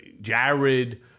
Jared